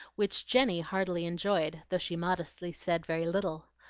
which jenny heartily enjoyed, though she modestly said very little.